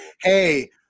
hey